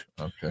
Okay